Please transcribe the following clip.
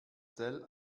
zell